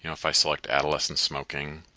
you know if i select adolescent smoking